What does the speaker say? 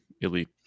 Elite